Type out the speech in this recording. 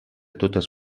totes